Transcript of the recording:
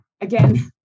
again